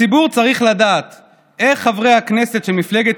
הציבור צריך לדעת איך חברי הכנסת של מפלגת